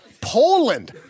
Poland